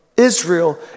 Israel